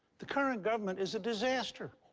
the current government is a disaster.